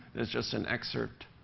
it's just an excerpt.